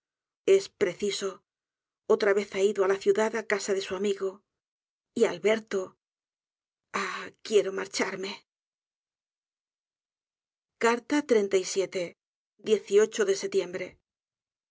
es preciso otra vez ha ido ala ciudad á casa de su amigo y alberto ah quiero marcharme de setiembre